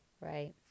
right